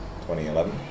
2011